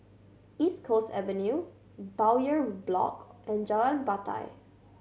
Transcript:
East Coast Avenue Bowyer Block and Jalan Batai